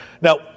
Now